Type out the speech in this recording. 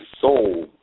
soul